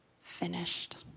finished